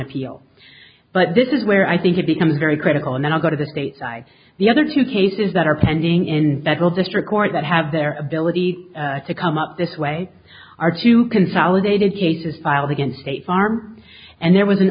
appeal but this is where i think it becomes very critical and then i go to the state side the other two cases that are pending in federal district court that have their ability to come up this way are two consolidated cases filed against state farm and there was an